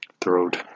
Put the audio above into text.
Throat